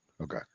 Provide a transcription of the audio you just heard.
Okay